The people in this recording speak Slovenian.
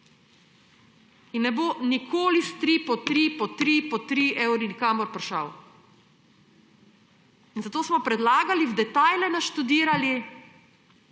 In ne bo nikoli s tri, po tri, po tri evre nikamor prišel. In zato smo predlagali, v detajle naštudirali